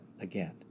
again